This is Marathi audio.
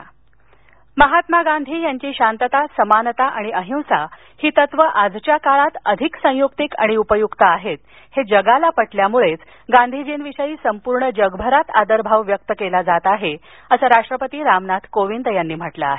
राष्टपती महात्मा गांधी यांची शांतता समानता आणि अहिंसा ही तत्त्व आजच्या काळात अधिक संयुक्तिक आणि उपयुक्त आहेत हे जगाला पटल्यामुळेच गांधीजींविषयी संपूर्ण जगभरात आदरभाव व्यक्त केला जात आहे असं राष्ट्रपती रामनाथ कोविंद यांनी म्हटलं आहे